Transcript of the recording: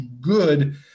good